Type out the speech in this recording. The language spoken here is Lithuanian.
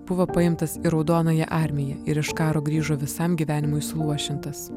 buvo paimtas į raudonąją armiją ir iš karo grįžo visam gyvenimui suluošintas